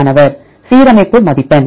மாணவர் சீரமைப்பு மதிப்பெண்